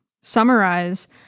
summarize